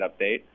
update